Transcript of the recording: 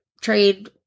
trade